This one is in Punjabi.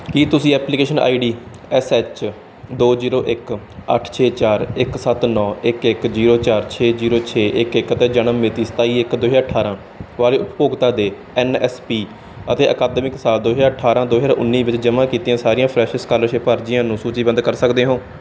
ਕੀ ਤੁਸੀਂ application I D S H ਦੋ ਜੀਰੋ ਇੱਕ ਅੱਠ ਛੇ ਚਾਰ ਇੱਕ ਸੱਤ ਨੌਂ ਇੱਕ ਇੱਕ ਜੀਰੋ ਛੇ ਜੀਰੋ ਛੇ ਇੱਕ ਇੱਕ ਅਤੇ ਜਨਮ ਮਿਤੀ ਸਤਾਈ ਇੱਕ ਦੋ ਹਜ਼ਾਰ ਅਠਾਰਾਂ ਵਾਲੇ ਉਪਭੋਗਤਾ ਦੇ ਐੱਨ ਐੱਸ ਪੀ ਅਤੇ ਅਕਾਦਮਿਕ ਸਾਲ ਦੋ ਹਜ਼ਾਰ ਅਠਾਰਾਂ ਦੋ ਹਜ਼ਾਰ ਉੱਨੀ ਵਿੱਚ ਜਮ੍ਹਾਂ ਕੀਤੀਆਂ ਸਾਰੀਆਂ ਫਰੈਸ਼ ਸਕਾਲਰਸ਼ਿਪ ਅਰਜ਼ੀਆਂ ਨੂੰ ਸੂਚੀਬੱਧ ਕਰ ਸਕਦੇ ਹੋ